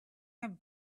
have